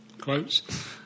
Quotes